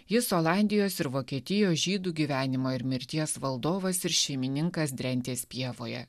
jis olandijos ir vokietijos žydų gyvenimo ir mirties valdovas ir šeimininkas drentės pievoje